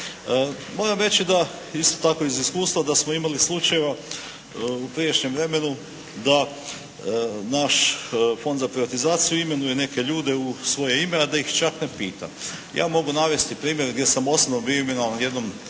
Moram reći da, isto tako iz iskustva da smo imali slučajeva u prijašnjem vremenu da naš Fond za privatizaciju imenuje neke ljude u svoje ime a da ih čak ne pita. Ja mogu navesti primjer gdje sam osobno bio imenovan u jednom,